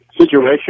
situation